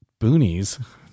Boonies